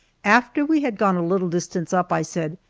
after we had gone a little distance up i said,